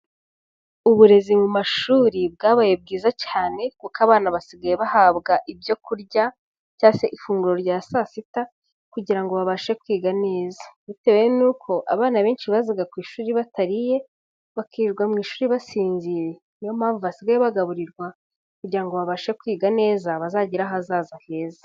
Uburezi mu mashuri bwabaye bwiza cyane kuko abana basigaye bahabwa ibyo kurya cyangwa se ifunguro rya saa sita kugira ngo babashe kwiga neza, bitewe nuko abana benshi bazaga ku ishuri batariye bakirwa mu ishuri basinzira, ni yo mpamvu basigaye bagaburirwa kugira ngo babashe kwiga neza bazagire ahazaza heza.